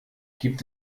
gibt